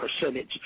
percentage